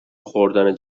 خوردن